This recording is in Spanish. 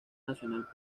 nacional